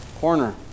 corner